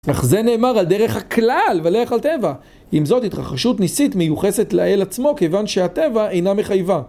אך זה נאמר על דרך הכלל ולא על דרך טבע. אם זאת, התחרשות ניסית מיוחסת לאל עצמו, כיוון שהטבע אינה מחייבה.